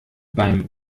beim